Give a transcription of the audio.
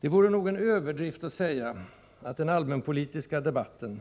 Det vore nog en överdrift att säga att den allmänpolitiska debatten,